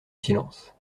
silence